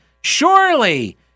Surely